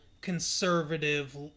conservative